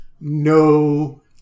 no